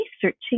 searching